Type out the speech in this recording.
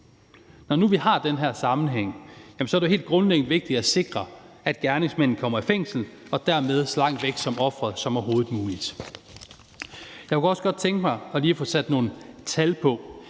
Når nu vi har den her sammenhæng, er det jo helt grundlæggende vigtigt at sikre, at gerningsmanden kommer i fængsel og dermed så langt væk fra offeret som overhovedet muligt. Jeg kunne også godt tænke mig lige at få sat nogle tal på.